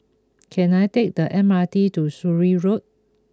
can I take the M R T to Surrey Road